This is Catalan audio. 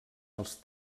els